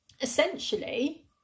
essentially